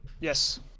Yes